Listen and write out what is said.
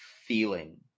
feeling